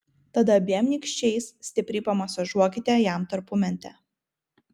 tada abiem nykščiais stipriai pamasažuokite jam tarpumentę